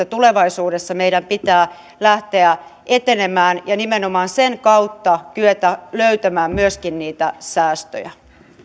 tulevaisuudessa meidän pitää lähteä etenemään ja nimenomaan sen kautta pitää kyetä löytämään myöskin niitä säästöjä